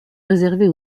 réservés